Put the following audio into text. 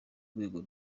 rwego